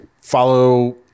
follow